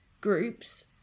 groups